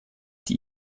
die